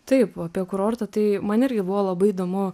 taip apie kurortą tai man irgi buvo labai įdomu